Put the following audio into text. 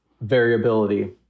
variability